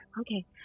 okay